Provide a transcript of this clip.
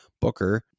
Booker